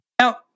Now